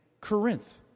Corinth